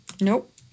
Nope